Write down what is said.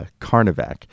carnivac